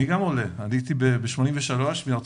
אני גם עולה, עליתי ב-83 מארה"ב.